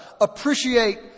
appreciate